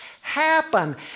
happen